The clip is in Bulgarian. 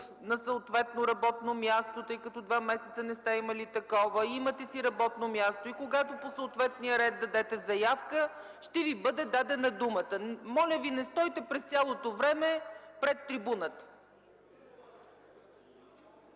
на съответно работно място, тъй като два месеца не сте имали такова. Имате си работно място и когато по съответния ред дадете заявка, ще Ви бъде дадена думата. Моля Ви, не стойте през цялото време пред трибуната!